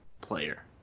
player